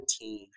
team